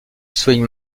swing